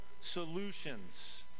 solutions